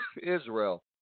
Israel